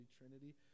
trinity